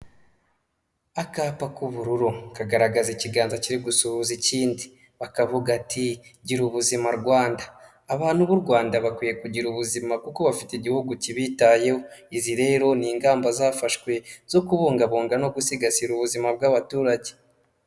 Akapa k'ubururu kagaragaza ikiganza kiri gusuhuza ikindi, bakavuga ati "Gira ubuzima Rwanda" abantu b'u Rwanda bakwiye kugira ubuzima kuko bafite igihugu kibitayeho, izi rero ni ingamba zafashwe zo kubungabunga no gusigasira ubuzima bw'abaturage.